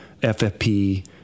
FFP